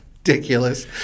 ridiculous